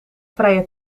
vrije